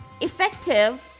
effective